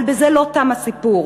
אבל בזה לא תם הסיפור.